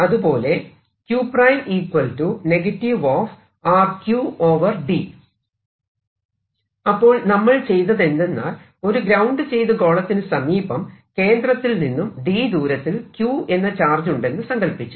അതുപോലെ അപ്പോൾ നമ്മൾ ചെയ്തതെന്തെന്നാൽ ഒരു ഗ്രൌണ്ട് ചെയ്ത ഗോളത്തിനു സമീപം കേന്ദ്രത്തിൽ നിന്നും d ദൂരത്തിൽ q എന്ന ചാർജ് ഉണ്ടെന്നു സങ്കല്പിച്ചു